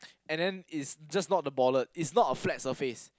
and then it's just not the bollard it's not a flat surface